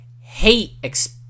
hate